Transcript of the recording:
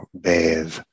bathe